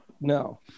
No